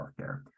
healthcare